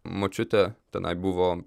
močiutė tenai buvo